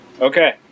Okay